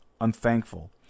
unthankful